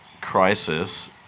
crisis